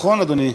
נכון, אדוני?